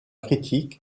critique